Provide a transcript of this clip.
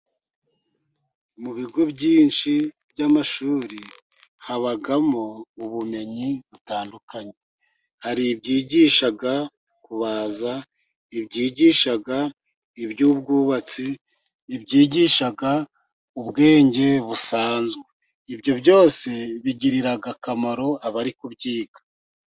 Mu bigo byinshi by'amashuri, habamo ubumenyi butandukanye, hari ibyigisha kubaza, ibyigisha iby'ubwubatsi, ibyigisha ubwenge busanzwe. Ibyo byose bigirira akamaro, abari kubyiga.